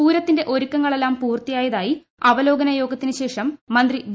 പൂരത്തിന്റെ ഒരുക്കങ്ങളെല്ലാം പൂർത്തിയായതായി അവലോകനയോഗത്തിന് ശേഷം മന്ത്രി വി